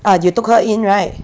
uh you took her in [right]